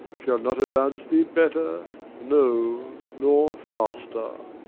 shall not advance thee better no, nor faster.